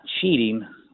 cheating